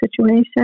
situation